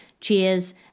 Cheers